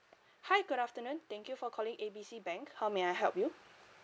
hi good afternoon thank you for calling A B C bank how may I help you